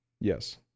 Yes